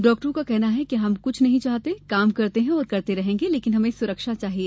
डॉक्टरों का कहना है कि हम कुछ नहीं चाहते काम करते हैं और करते रहेंगे लेकिन हमें सुरक्षा चाहिए